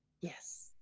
yes